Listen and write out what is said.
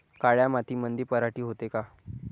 काळ्या मातीमंदी पराटी होते का?